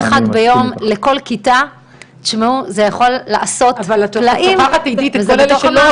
אחד זה מיקוד במענים מידיים ואינטנסיביים